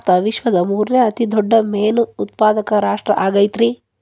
ಭಾರತ ವಿಶ್ವದ ಮೂರನೇ ಅತಿ ದೊಡ್ಡ ಮೇನು ಉತ್ಪಾದಕ ರಾಷ್ಟ್ರ ಆಗೈತ್ರಿ